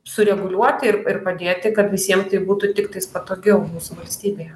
sureguliuoti ir ir padėti kad visiem tai būtų tiktais patogiau mūsų valstybėje